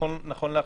נכון לעכשיו,